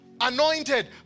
Anointed